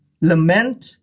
Lament